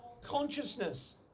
consciousness